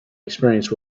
experience